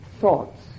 thoughts